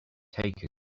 take